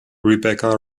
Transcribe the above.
rebecca